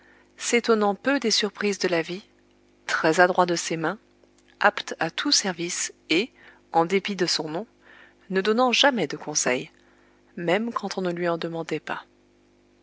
s'étonnant peu des surprises de la vie très adroit de ses mains apte à tout service et en dépit de son nom ne donnant jamais de conseils même quand on ne lui en demandait pas